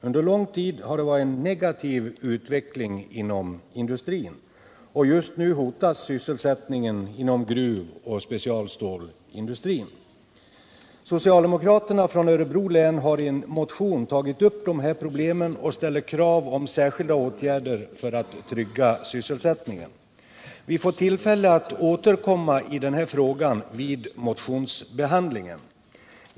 Under lång tid har det varit en negativ utveckling inom industrin, och just nu hotas sysselsättningen inom gruvoch specialstålindustrin. Socialdemokraterna från Örebro län har i en motion tagit upp de här problemen och ställer krav på särskilda åtgärder för att trygga sysselsättningen. Vi får tillfälle att återkomma i den här frågan vid motionsbehandlingen.